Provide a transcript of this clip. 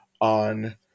on